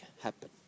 happen